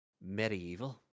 medieval